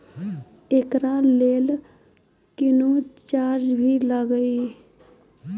एकरा लेल कुनो चार्ज भी लागैये?